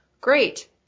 great